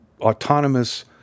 autonomous